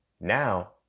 now